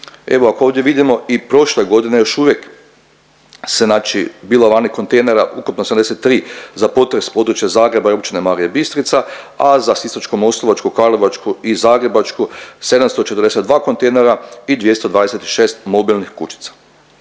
Evo ako ovdje vidimo i prošle godine još uvijek se znači bilo lani kontejnera ukupno 73 za potres područje Zagreba i Općine Marija Bistrica, a za Sisačko-moslavačku, Karlovačku i Zagrebačku 742 kontejnera i 226 mobilnih kućica.